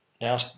now